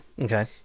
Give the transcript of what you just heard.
Okay